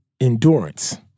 endurance